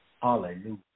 Hallelujah